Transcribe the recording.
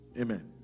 Amen